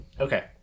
Okay